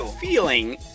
feeling